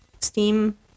steam